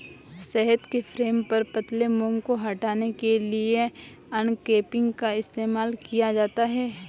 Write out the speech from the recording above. शहद के फ्रेम पर पतले मोम को हटाने के लिए अनकैपिंग का इस्तेमाल किया जाता है